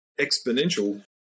exponential